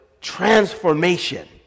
transformation